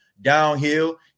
downhill